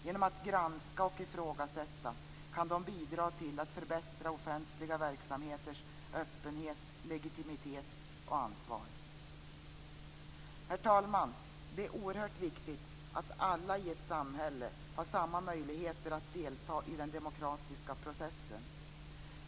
Genom att granska och ifrågasätta kan de bidra till att förbättra offentliga verksamheters öppenhet, legitimitet och ansvar. Herr talman! Det är oerhört viktigt att alla i ett samhälle har samma möjligheter att delta i den demokratiska processen.